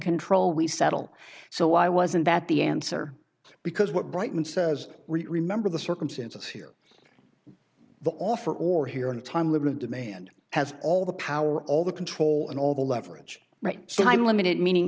control we settle so why wasn't that the answer because what brightman says remember the circumstances here the offer or here in a time limit of demand has all the power all the control and all the leverage right so i'm limited